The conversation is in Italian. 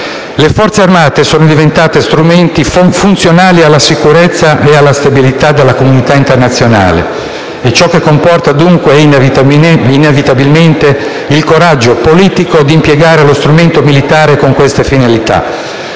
Le Forze armate sono diventate strumenti funzionali alla sicurezza e alla stabilità della comunità internazionale e ciò comporta, dunque e inevitabilmente, il coraggio politico di impiegare lo strumento militare con queste finalità.